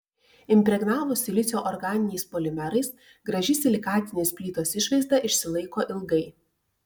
impregnavus silicio organiniais polimerais graži silikatinės plytos išvaizda išsilaiko ilgai